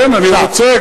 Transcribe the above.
כן, אני רוצה.